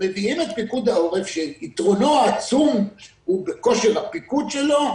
מביאים את פיקוד העורף שיתרונו העצום הוא בכושר הפיקוד שלו,